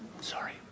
sorry